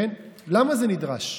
למה זה נדרש?